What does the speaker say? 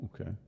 Okay